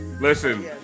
listen